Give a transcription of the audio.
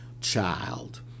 child